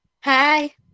Hi